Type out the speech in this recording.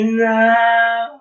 now